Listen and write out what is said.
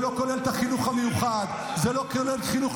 יופי, כמה זה באחוזים?